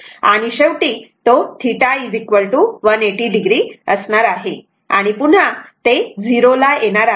आणि शेवटी तो θ 180 o असणार आहे आणि पुन्हा ते 0 ला येणार आहे